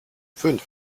fünf